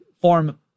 form